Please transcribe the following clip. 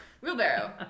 Wheelbarrow